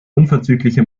unverzügliche